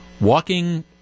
walking